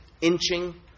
inching